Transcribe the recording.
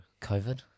COVID